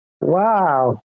Wow